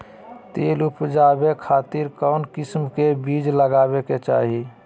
तिल उबजाबे खातिर कौन किस्म के बीज लगावे के चाही?